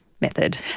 method